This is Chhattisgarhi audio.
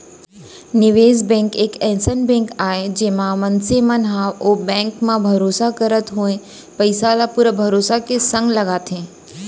निवेस बेंक एक अइसन बेंक आय जेमा मनसे मन ह ओ बेंक म भरोसा करत होय पइसा ल पुरा भरोसा के संग लगाथे